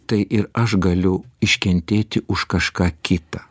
tai ir aš galiu iškentėti už kažką kitą